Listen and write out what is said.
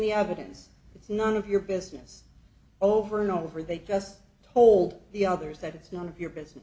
the evidence it's none of your business over and over they just told the others that it's none of your business